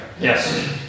Yes